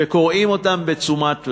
וקוראים אותם בתשומת לב.